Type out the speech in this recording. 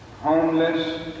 homeless